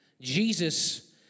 Jesus